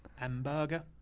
hamburger.